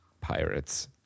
pirates